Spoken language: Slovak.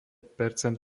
percent